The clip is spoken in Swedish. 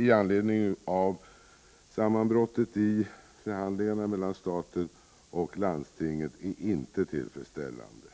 i anledning av sammanbrottet i förhandlingarna mellan staten och landstinget är inte tillfredsställande.